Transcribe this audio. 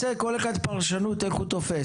כל אחד עם הפרשנות שלו.